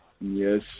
Yes